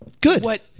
Good